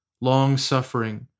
long-suffering